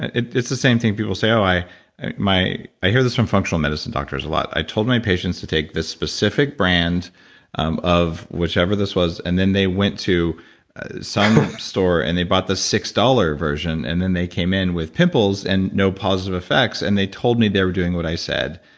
it's the same thing. people say, um i hear this from functional medicine doctors a lot. i told my patients to take this specific brand um of whichever this was and then they went to some store and they bought the six dollars version and then they came in with pimples and no positive effects. and they told me they were doing what i said.